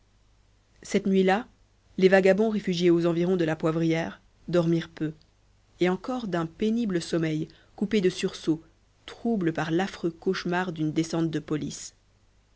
cette nuit-là les vagabonds réfugiés aux environs de la poivrière dormirent peu et encore d'un pénible sommeil coupé de sursauts troublé par l'affreux cauchemar d'une descente de police